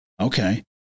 Okay